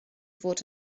fod